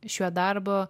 šiuo darbu